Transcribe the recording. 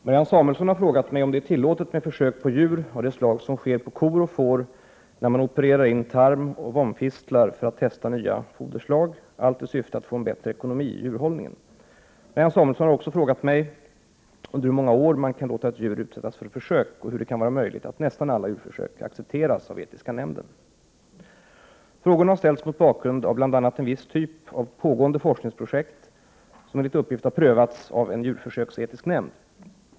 Herr talman! Marianne Samuelsson har frågat mig om det är tillåtet med försök på djur av det slag som sker på kor och får när man opererar in tarmoch vomfistlar för att testa nya foderslag, allt i syfte att få bättre ekonomi i djurhållningen. Marianne Samuelsson har också frågat mig under hur många år man kan låta ett djur utsättas för försök och hur det kan vara möjligt att nästan alla djurförsök accepteras av etiska nämnden. Frågorna har ställts mot bakgrund av bl.a. en viss typ av pågående forskningsprojekt, som enligt uppgift har prövats av en djurförsöksetisk nämnd.